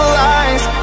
lies